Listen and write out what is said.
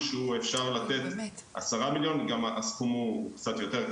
שאפשר לתת 10 מיליון וגם הסכום הוא קצת יותר,